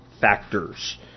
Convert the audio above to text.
factors